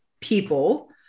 people